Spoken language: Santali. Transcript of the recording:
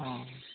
ᱚᱸᱻ